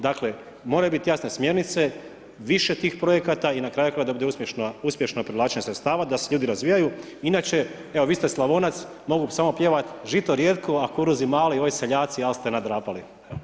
Dakle moraju biti jasne smjernice, više tih projekata i na kraju krajeva da bude uspješno povlačenje sredstava, da se ljudi razvijaju, inače, evo vi ste Slavonac, mogao bi s vama pjevati „Žito rijetko a kuruzi mali, oj seljaci al ste nadrapali“